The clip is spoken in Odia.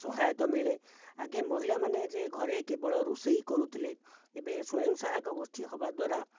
ସହାୟତା ମିଳେ ଆଗେ ମହିଳାମାନେ ଯେ ଘରେ କେବଳ ରୋଷେଇ କରୁଥିଲେ ଏବେ ସ୍ଵୟଂସହାୟକ ଗୋଷ୍ଠୀ ହେବାଦ୍ୱାରା